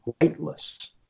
weightless